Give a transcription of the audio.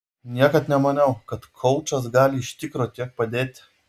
niekad nemaniau kad koučas gali iš tikro tiek padėti